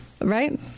Right